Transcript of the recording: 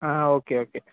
ആ okay okay